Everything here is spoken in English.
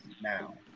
now